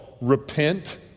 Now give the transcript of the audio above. repent